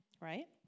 right